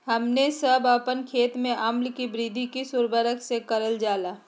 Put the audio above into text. हमने सब अपन खेत में अम्ल कि वृद्धि किस उर्वरक से करलजाला?